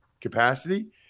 capacity